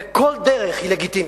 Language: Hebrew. וכל דרך היא לגיטימית.